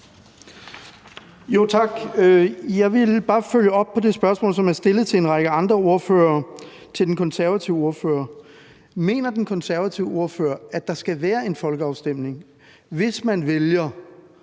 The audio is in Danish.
Jeg vil bare følge op på det spørgsmål, som jeg har stillet til en række andre ordførere. Mener den konservative ordfører, at der skal være en folkeafstemning, hvis man med